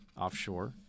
offshore –